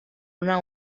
una